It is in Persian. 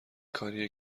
کاریه